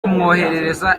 kumwohereza